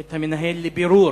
את המנהל לבירור